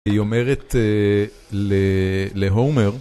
היא אומרת להומר